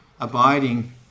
abiding